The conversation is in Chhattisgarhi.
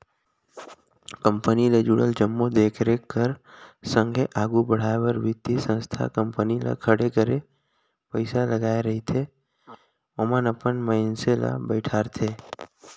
कंपनी ले जुड़ल जम्मो देख रेख कर संघे आघु बढ़ाए बर बित्तीय संस्था कंपनी ल खड़े करे पइसा लगाए रहिथे ओमन अपन मइनसे ल बइठारथे